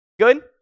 Good